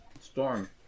Storm